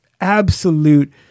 absolute